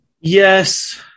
Yes